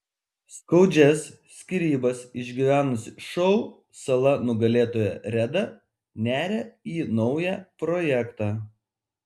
skaudžias skyrybas išgyvenusi šou sala nugalėtoja reda neria į naują projektą